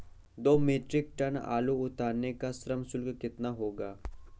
दो metric ton आलू उतारने का श्रम शुल्क कितना होगा?